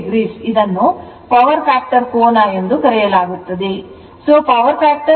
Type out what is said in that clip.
3o ಇದನ್ನು power factor ಕೋನ ಎಂದು ಕರೆಯಲಾಗುತ್ತದೆ